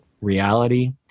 reality